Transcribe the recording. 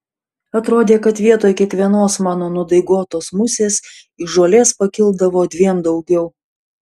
atrodė kad vietoj kiekvienos mano nudaigotos musės iš žolės pakildavo dviem daugiau